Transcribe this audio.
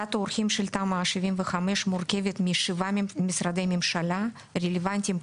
ועדת העורכים של תמ"א 75 מורכבת משבעה משרדי ממשלה רלוונטיים,